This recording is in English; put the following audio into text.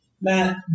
Matt